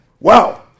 Wow